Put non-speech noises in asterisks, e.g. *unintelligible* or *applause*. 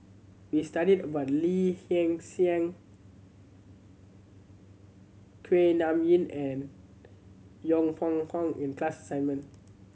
we studied about Lee Hsien *unintelligible* Kuak Nam Yin and Yong Pung How in class assignment